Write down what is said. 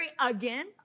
again